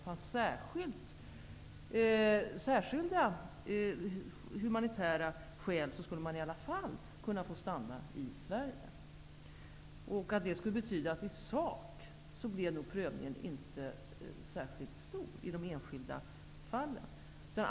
Det sades att om särskilda humanitära skäl fanns, skulle man i alla fall kunna få stanna i Sverige. I sak skulle det betyda att prövningen inte blev särskilt omfattande i de enskilda fallen.